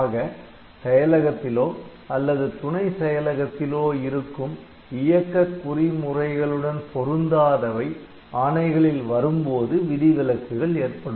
ஆக செயலகத்திலோ அல்லது துணை செயலகத்திலோ இருக்கும் இயக்க குறிமுறைகளுடன் பொருந்தாதவை ஆணைகளில் வரும்போது விதிவிலக்குகள் ஏற்படும்